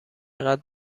قدر